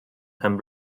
pen